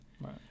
Right